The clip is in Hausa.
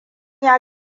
ya